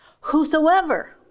Whosoever